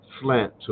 slant